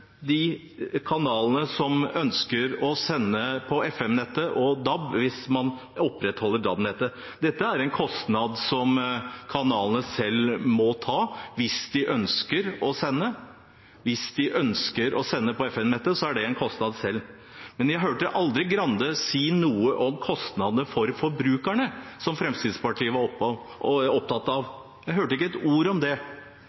de kanalene som ønsker å sende på FM-nettet og DAB hvis man opprettholder FM-nettet. Dette er en kostnad som kanalene selv må ta hvis de ønsker å sende. Hvis de ønsker å sende på FM-nettet, er det en kostnad de tar selv. Men jeg hørte aldri Grande si noe om kostnadene for forbrukerne, som Fremskrittspartiet var opptatt av. Jeg hørte ikke ett ord om det.